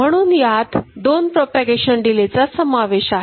म्हणून यात दोन प्रोपागेशन डिलेचा समावेश आहे